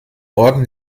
orten